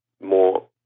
more